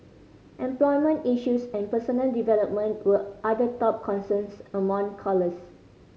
employment issues and personal development were other top concerns among callers